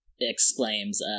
exclaims